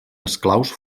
esclaus